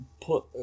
put